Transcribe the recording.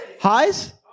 Highs